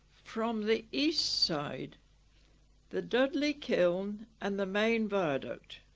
from the east side the dudley kiln and the main viaduct